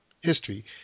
history